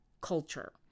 culture